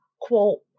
quote